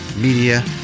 media